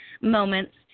moments